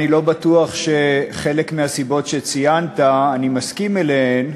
אני לא בטוח שחלק מהסיבות שציינת אני מסכים עמן.